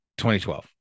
2012